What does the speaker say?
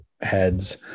heads